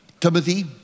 Timothy